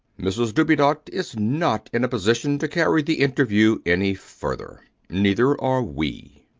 mrs dubedat is not in a position to carry the interview any further. neither are we.